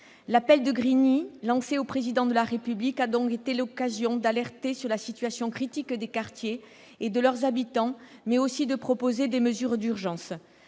L'appel de Grigny » lancé au Président de la République a donc été l'occasion d'alerter sur la situation critique des quartiers et de leurs habitants, mais aussi de proposer des mesures d'urgence.